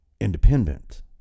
independent